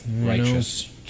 righteous